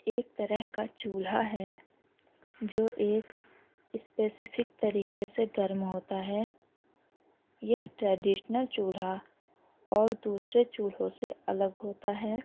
ایک طرح کا چولہا ہے جو ایک اسپیسفک طریقے سے گرم ہوتا ہے یہ ٹریڈیشنل چولہا اور دوسرے چولہوں سے الگ ہوتا ہے